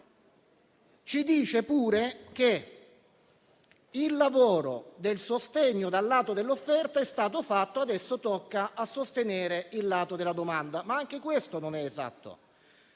Ci dice pure che il lavoro del sostegno dal lato dell'offerta è stato fatto e che adesso tocca sostenere il lato della domanda; ma anche questo non è esatto.